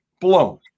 blown